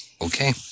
Okay